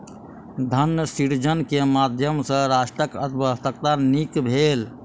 धन सृजन के माध्यम सॅ राष्ट्रक अर्थव्यवस्था नीक भेल